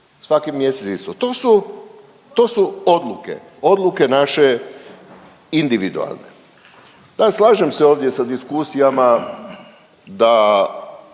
svaki mjesec. To su odluke, odluke naše individualne. Da, slažem se ovdje sa diskusijama da